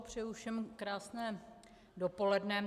Přeji všem krásné dopoledne.